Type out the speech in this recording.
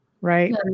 Right